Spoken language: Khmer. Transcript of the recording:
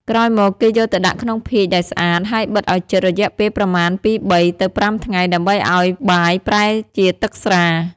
ក្រោយមក គេយកទៅដាក់ក្នុងភាជន៍ដែលស្អាត ហើយបិទឱ្យជិតរយៈពេលប្រមាណពី ៣ ទៅ ៥ ថ្ងៃ ដើម្បីឱ្យបាយប្រែជាទឹកស្រា។